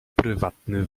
prywatny